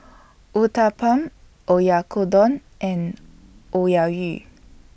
Uthapam Oyakodon and